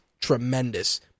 tremendous